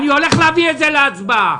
אני הולך להביא את זה להצבעה.